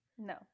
No